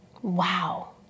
Wow